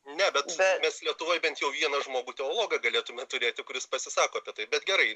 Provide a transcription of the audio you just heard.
ne bet mes lietuvoj bent jau vieną žmogų teologą galėtume turėti kuris pasisako apie tai bet gerai